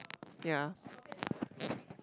ya